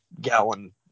gallon